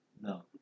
No